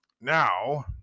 now